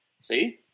See